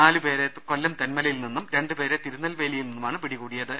നാലു പേരെ കൊല്ലം തെൻമലയിൽ നിന്നും രണ്ടു പേരെ തിരുനെൽവേലിയിൽ നിന്നുമാണ് പിടികൂടിയത്